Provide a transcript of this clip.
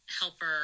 helper